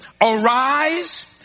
arise